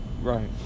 Right